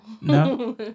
no